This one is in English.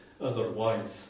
otherwise